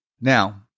Now